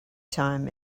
time